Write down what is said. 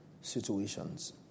Situations